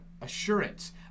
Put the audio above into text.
assurance